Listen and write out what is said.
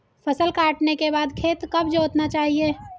फसल काटने के बाद खेत कब जोतना चाहिये?